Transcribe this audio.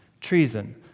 treason